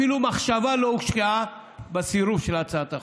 אפילו מחשבה לא הושקעה בסירוב להצעת החוק.